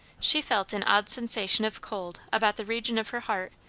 she felt an odd sensation of cold about the region of her heart,